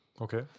Okay